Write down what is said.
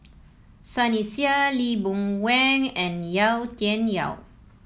Sunny Sia Lee Boon Wang and Yau Tian Yau